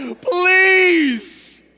Please